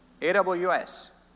AWS